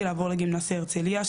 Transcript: הצלחתי לעבור לגימנסיה הרצליה,